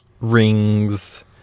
Rings